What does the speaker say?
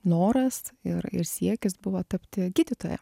noras ir ir siekis buvo tapti gydytoja